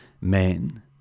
men